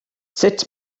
sut